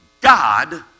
God